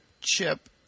chip